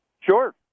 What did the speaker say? Sure